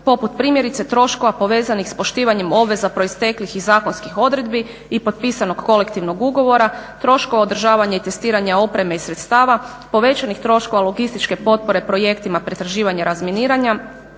poput primjerice troškova povezanih s poštivanjem obveza proisteklih iz zakonskih odredbi i potpisanog kolektivnog ugovora, troškova održavanja i testiranja opreme i sredstava, povećanih troškova logističke potpore projektima pretraživanja i razminiranja,